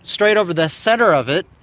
straight over the centre of it,